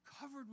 Covered